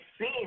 see